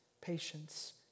patience